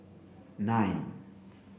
nine